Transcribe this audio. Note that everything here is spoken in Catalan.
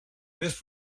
més